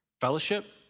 fellowship